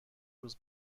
روز